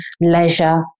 leisure